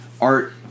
art